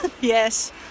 yes